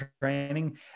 training